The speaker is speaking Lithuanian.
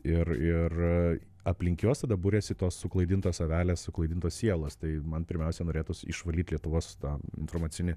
ir ir aplink juos tada buriasi tos suklaidintos avelės suklaidintos sielos tai man pirmiausia norėtųs išvalyt lietuvos tą informacinį